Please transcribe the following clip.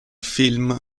film